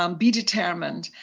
um be determined,